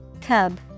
Cub